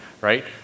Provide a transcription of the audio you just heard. Right